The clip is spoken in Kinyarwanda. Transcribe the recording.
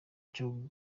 cyo